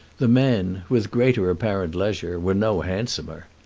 the men, with greater apparent leisure, were no handsomer.